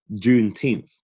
Juneteenth